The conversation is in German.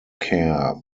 kerr